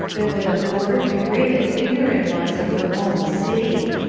there were the poor, degraded, ignorant ones of her own city.